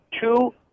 two